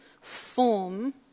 form